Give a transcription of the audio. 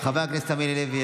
חבר הכנסת עמית הלוי,